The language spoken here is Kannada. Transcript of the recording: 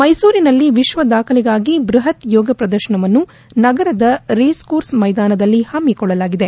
ಮೈಸೂರಿನಲ್ಲಿ ವಿಶ್ವ ದಾಖಲೆಗಾಗಿ ಬೃಹತ್ ಯೋಗ ಪ್ರದರ್ಶನವನ್ನು ನಗರದ ರೇಸ್ ಕೋರ್ಸ್ ಮೈದಾನದಲ್ಲಿ ಹಮ್ನಿಕೊಳ್ಳಲಾಗಿದೆ